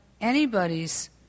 anybody's